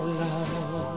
love